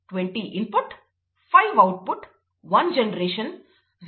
20 input 5 output 1 generation 0